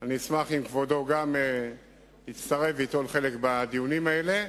אני אשמח אם כבודו יצטרף וייטול חלק בדיונים האלה.